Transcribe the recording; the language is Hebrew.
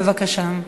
בבקשה.